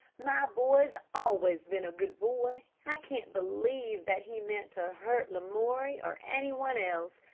my boy's always been a good boy. i can't believe that he meant to hurt lamoury or any one else.